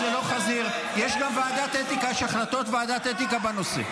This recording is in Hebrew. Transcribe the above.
אתיקה בנושא.